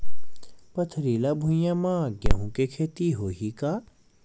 पथरिला भुइयां म गेहूं के खेती होही का?